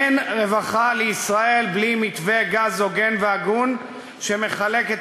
אין רווחה לישראל בלי מתווה גז הוגן והגון שמחלק את